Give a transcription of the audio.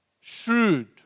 shrewd